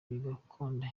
bigakunda